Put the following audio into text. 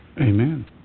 Amen